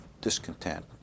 discontent